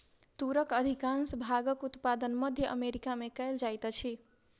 तूरक अधिकाँश भागक उत्पादन मध्य अमेरिका में कयल जाइत अछि